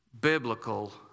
biblical